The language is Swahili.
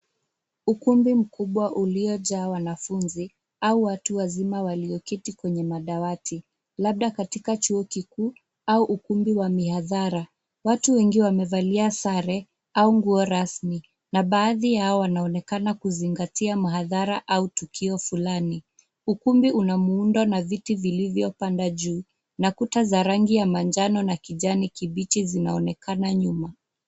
Ukumbi mkubwa uliojaa wanafunzi au watu wazima walioketi kwenye madawati. Labda katika chuo kikuu au ukumbi wa mihadhara. Watu wengi wamevalia sare au nguo rasmi na baadhi yao wanaonekana kuzingatia mhadhara au tukio fulani. Ukumbi una muundo na viti vilivyopanda juu na kuta za rangi ya manjano na kijani kibichi zinaonekana nyuma.